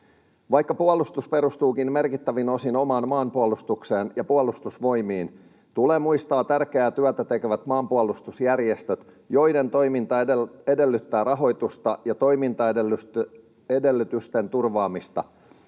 Vaikka puolustus perustuukin merkittävin osin omaan maanpuolustukseen ja Puolustusvoimiin, tulee muistaa tärkeää työtä tekevät maanpuolustusjärjestöt, joiden toiminta edellyttää rahoitusta ja toimintaedellytysten turvaamista.